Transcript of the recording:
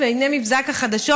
והינה מבזק החדשות: